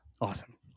Awesome